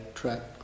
track